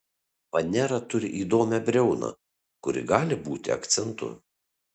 fanera turi įdomią briauną kuri gali būti akcentu